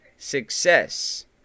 success